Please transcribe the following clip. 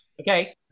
Okay